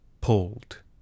pulled